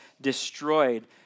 destroyed